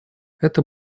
это